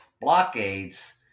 blockades